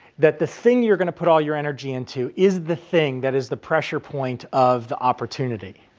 that the thing you're going to put all your energy into is the thing that is the pressure point of the opportunity.